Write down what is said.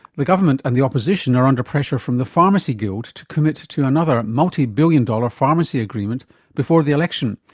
the government and the opposition are under pressure from the pharmacy guild to commit to to another multi billion dollar pharmacy agreement before the election.